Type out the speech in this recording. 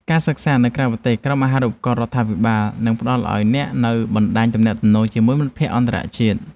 ការសិក្សានៅក្រៅប្រទេសក្រោមអាហារូបករណ៍រដ្ឋាភិបាលនឹងផ្តល់ឱ្យអ្នកនូវបណ្តាញទំនាក់ទំនងជាមួយមិត្តភក្តិអន្តរជាតិ។